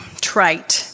trite